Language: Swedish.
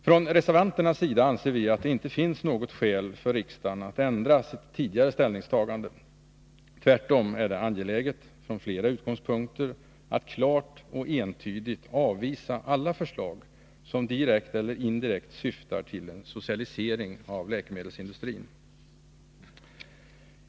Vi reservanter anser att det icke finns något skäl för riksdagen att ändra sitt tidigare ställningstagande. Tvärtom är det angeläget från flera utgångspunkter att klart och entydigt avvisa alla förslag som direkt eller indirekt syftar till en socialisering av läkemedelsindustrin.